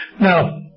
Now